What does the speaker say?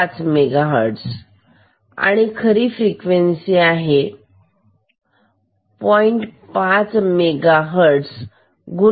5 megahertz आणि खरी frequency आहे पॉईंट पाच 0